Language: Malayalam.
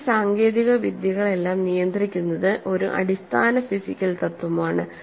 ഈ സാങ്കേതിക വിദ്യകളെല്ലാം നിയന്ത്രിക്കുന്നത് ഒരു അടിസ്ഥാന ഫിസിക്കൽ തത്വമാണ്